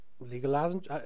Legalizing